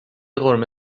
قرمه